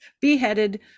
beheaded